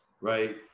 right